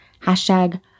Hashtag